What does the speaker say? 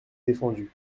défendus